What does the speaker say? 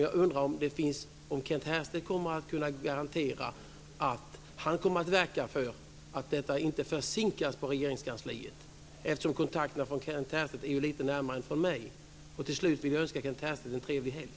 Jag undrar om Kent Härstedt kan garantera att han kommer att verka för att detta inte försinkas i Regeringskansliet. Kent Härstedt har ju lite närmare kontakter där än vad jag har. Till slut vill jag önska Kent Härstedt en trevlig helg.